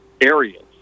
areas